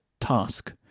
task